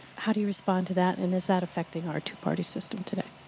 how do you respond to that and is that affecting our two-party system today?